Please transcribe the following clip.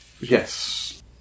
Yes